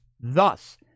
Thus